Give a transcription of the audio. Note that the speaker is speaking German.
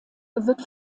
wird